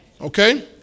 Okay